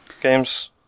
games